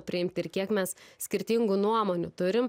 priimti ir kiek mes skirtingų nuomonių turim